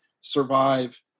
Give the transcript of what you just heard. survive